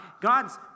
God's